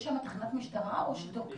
יש שם תחנת משטרה או שיטור קהילתי?